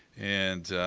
and,